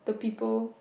the people